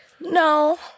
No